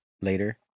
later